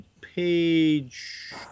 page